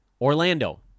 Orlando